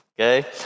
okay